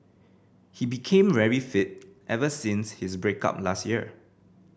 he became very fit ever since his break up last year